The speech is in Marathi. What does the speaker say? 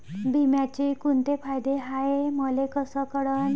बिम्याचे कुंते फायदे हाय मले कस कळन?